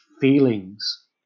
feelings